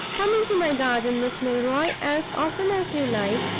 come into my garden, miss milroy, as often as you like,